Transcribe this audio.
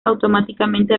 automáticamente